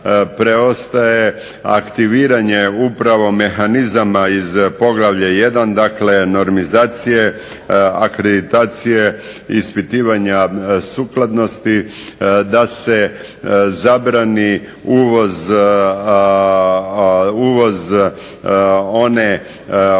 preostaje aktiviranje upravo mehanizama iz poglavlja 1. dakle normizacije, akreditacije, ispitivanja sukladnosti, da se zabrani uvoz one opreme